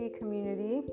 community